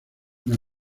una